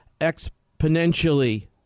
exponentially